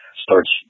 Starts